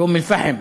באום-אלפחם,